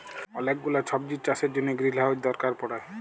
ওলেক গুলা সবজির চাষের জনহ গ্রিলহাউজ দরকার পড়ে